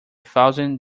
thousand